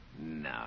No